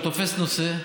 הוא תופס נושא,